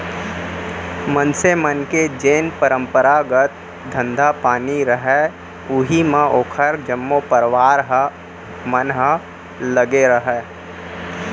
मनसे मन के जेन परपंरागत धंधा पानी रहय उही म ओखर जम्मो परवार मन ह लगे रहय